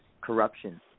corruption